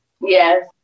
Yes